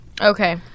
okay